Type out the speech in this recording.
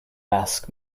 ask